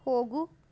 ಹೋಗು